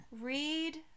Read